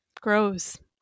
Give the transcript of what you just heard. grows